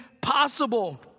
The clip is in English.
possible